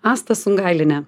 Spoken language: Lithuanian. asta sungailienė